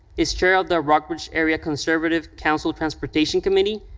is chair of the rockbridge area conservative council transportation committee,